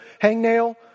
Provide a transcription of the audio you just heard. hangnail